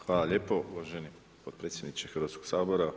Hvala lijepo uvaženi potpredsjedniče Hrvatskog sabora.